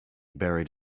buried